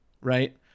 right